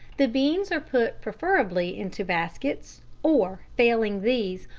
the beans are put preferably into baskets or, failing these,